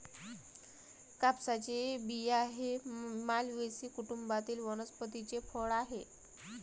कापसाचे बिया हे मालवेसी कुटुंबातील वनस्पतीचे फळ आहे